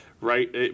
right